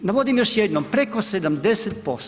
Navodim još jednom preko 70%